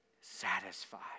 satisfied